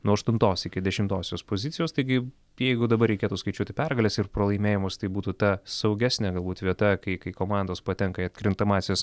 nuo aštuntos iki dešimtosios pozicijos taigi jeigu dabar reikėtų skaičiuoti pergales ir pralaimėjimus tai būtų ta saugesnė galbūt vieta kai kai komandos patenka į atkrintamąsias